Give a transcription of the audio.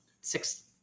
six